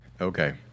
okay